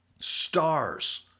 stars